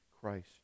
christ